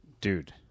Dude